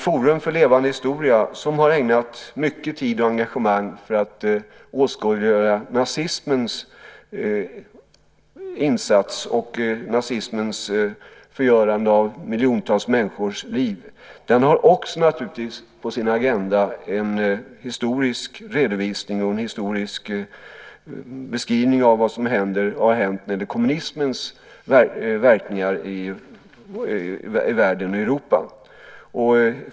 Forum för levande historia, som har ägnat mycket tid och engagemang åt att åskådliggöra nazismens förgörande av miljontals människors liv, har naturligtvis också på sin agenda en historisk redovisning och en historisk beskrivning av vad som händer och har hänt när det gäller kommunismens verkningar i Europa och världen.